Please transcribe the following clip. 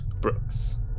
Brooks